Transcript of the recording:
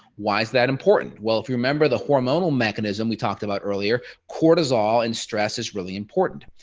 why is that important. well if you remember the hormonal mechanism we talked about earlier cortisol in stress is really important.